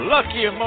Lucky